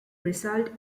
result